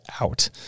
out